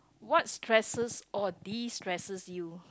what stresses or destresses you